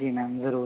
जी ma'am ज़रूर